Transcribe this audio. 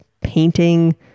painting